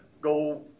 go